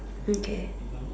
okay